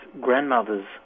grandmothers